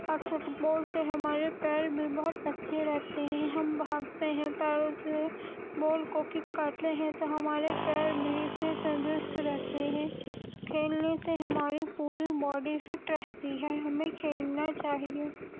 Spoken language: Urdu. اور فٹ بال سے ہمارے پیر بھی بہت اچھے رہتے ہیں ہم بھاگتے ہیں پیروں سے بال کو کک کرتے ہیں تو ہمارے پیر بھی اِس سے تندرست رہتے ہیں کھیلنے سے ہماری پوری باڈی فٹ رہتی ہے ہمیں کھیلنا چاہیے